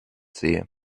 sehe